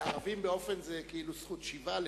לערבים באופן כללי זה זכות השיבה וכו'.